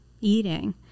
eating